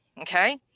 Okay